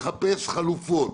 לחפש חלופות.